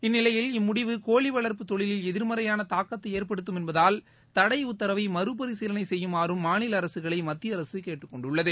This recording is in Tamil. இந்நிலையில் இம்முடிவு கோழி வளர்ப்பு தொழிலில் எதிர்மறையான தாக்கத்தை ஏற்படுத்தும் என்பதால் தடை உத்தரவை மறுபரிசீலனை செய்யுமாறும் மாநில அரசுகளை மத்திய அரசு கேட்டுக்கொண்டுள்ளது